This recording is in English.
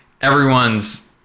everyone's